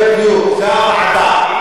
בדיוק, זו הוועדה.